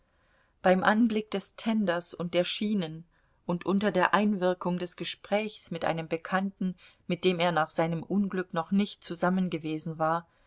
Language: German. beim anblick des tenders und der schienen und unter der einwirkung des gesprächs mit einem bekannten mit dem er nach seinem unglück noch nicht zusammengewesen war